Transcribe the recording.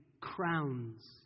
crowns